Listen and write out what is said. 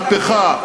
מהפכה,